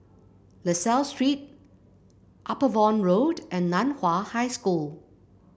La Salle Street Upavon Road and Nan Hua High School